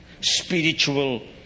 spiritual